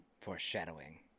Foreshadowing